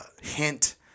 hint